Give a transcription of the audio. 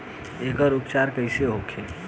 एकर उपचार कईसे होखे?